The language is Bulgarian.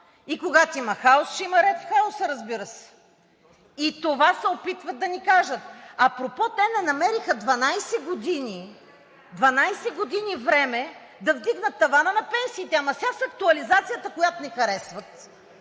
и когато има хаос, ще има ред в хаоса, разбира се. И това се опитват да ни кажат. Апропо, те 12 години не намериха – 12 години, време да вдигнат тавана на пенсиите! А сега с актуализацията, която не харесват,